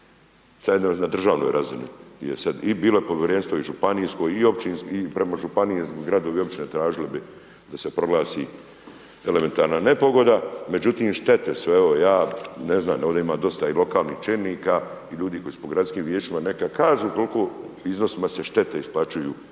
sad je na državno razini i bilo je povjerenstvo i županijsko i općinsko i prema županiji, gradovi i općine tražili bi da se proglasi elementarne nepogode međutim štete su evo ja, ne znam, ovdje ima i dosta lokalnih čelnika i ljudi koji su po gradskim vijećima, neka kažu koliko iznosima se štete isplaćuju